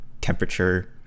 temperature